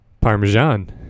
Parmesan